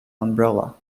umbrella